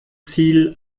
ziel